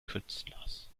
künstlers